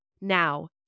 Now